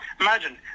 Imagine